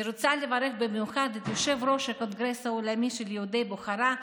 אני רוצה לברך במיוחד את יושב-ראש הקונגרס העולמי של יהודי בוכרה,